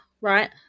right